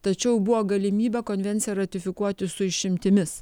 tačiau buvo galimybė konvenciją ratifikuoti su išimtimis